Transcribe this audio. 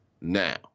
Now